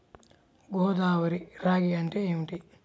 గోదావరి రాగి అంటే ఏమిటి?